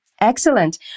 Excellent